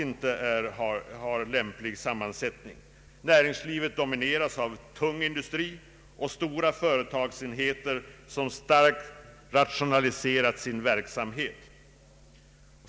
Näringslivet domineras av tung industri och stora företagsenheter, som starkt rationaliserat sin verksamhet.